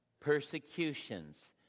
persecutions